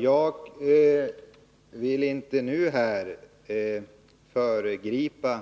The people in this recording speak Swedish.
Herr talman! Jag vill inte föregripa